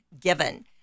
given